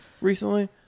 recently